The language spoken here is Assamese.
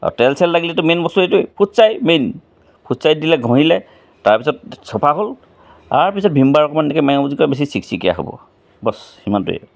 তেল চেল লাগিলেতো এইটোৱেই ফুটছাই মেইন ফুটছাই দিলে ঘঁহিলে তাৰপাছত চাফা হ'ল তাৰপিছত ভীমবাৰ অকণমান এনেকৈ মাৰে যদি তেতিয়া বেছি চিকচিকীয়া হ'ব বচ সিমানটোৱে